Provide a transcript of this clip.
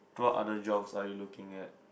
what other jobs are you looking at